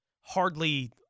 hardly –